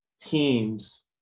teams